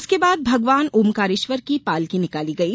उसके बाद भगवान ओमकारेश्वर की पालकी निकाली गयी